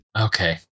Okay